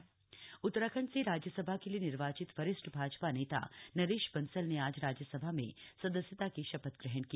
न्नरेश बंसल शपथ उत्तराखंड से राज्यसभा के लिए निर्वाचित वरिष्ठ भाजपा नेता नरेश बंसल ने आज राज्यसभा में सदस्यता की शपथ ग्रहण की